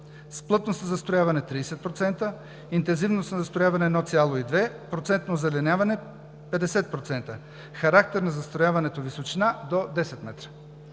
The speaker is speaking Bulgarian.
плътност на застрояване 30%, интензивност на застрояване 1,2, процентно озеленяване 50%, характер на застрояването – височина до 10 м.